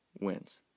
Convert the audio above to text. wins